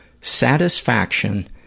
satisfaction